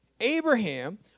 Abraham